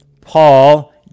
Paul